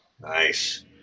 Nice